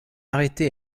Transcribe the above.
arrêté